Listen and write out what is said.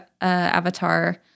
Avatar